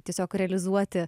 tiesiog realizuoti